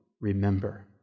Remember